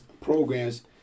programs